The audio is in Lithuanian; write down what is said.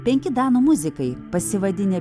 penki danų muzikai pasivadinę